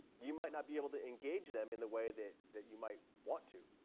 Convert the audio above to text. you might not be able to engage them in the way that that you might want to.